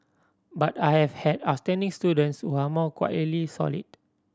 but I have had outstanding students who are more quietly solid